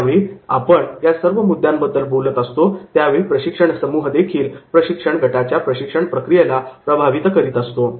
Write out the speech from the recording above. ज्यावेळी आपण या सर्व मुद्द्यांबद्दल बोलत असतो त्यावेळी प्रशिक्षण समुह देखील प्रशिक्षण गटाच्या प्रशिक्षण प्रक्रियेला प्रभावित करीत असतो